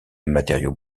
matériaux